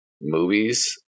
movies